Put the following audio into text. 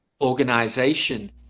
organization